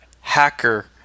hacker